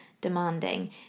demanding